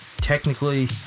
technically